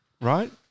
right